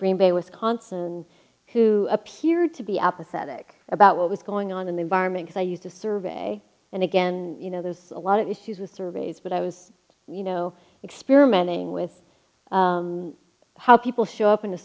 green bay wisconsin who appeared to be apathetic about what was going on in the environment that i used to survey and again you know there's a lot of issues with surveys but i was you know experimenting with how people show up in